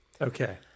Okay